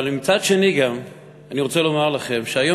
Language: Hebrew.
אבל אני גם רוצה לומר לכם שהיום,